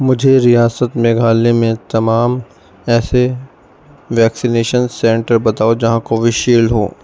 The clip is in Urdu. مجھے ریاست میگھالیہ میں تمام ایسے ویکسینیشن سنٹر بتاؤ جہاں کویشیلڈ ہو